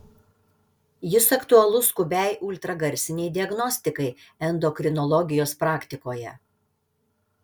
jis aktualus skubiai ultragarsinei diagnostikai endokrinologijos praktikoje